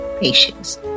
patience